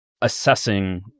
assessing